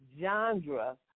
genre